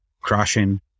crushing